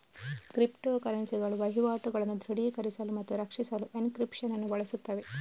crypto ಕರೆನ್ಸಿಗಳು ವಹಿವಾಟುಗಳನ್ನು ದೃಢೀಕರಿಸಲು ಮತ್ತು ರಕ್ಷಿಸಲು ಎನ್ಕ್ರಿಪ್ಶನ್ ಅನ್ನು ಬಳಸುತ್ತವೆ